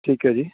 ਠੀਕ ਹੈ ਜੀ